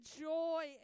joy